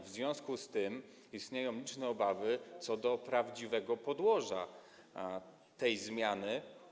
W związku z tym istnieją liczne obawy co do prawdziwego podłoża tej zmiany.